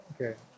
Okay